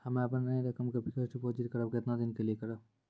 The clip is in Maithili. हम्मे अपन रकम के फिक्स्ड डिपोजिट करबऽ केतना दिन के लिए करबऽ?